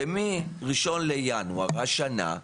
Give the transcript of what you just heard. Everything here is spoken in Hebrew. שמינואר השנה,